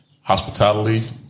hospitality